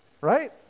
right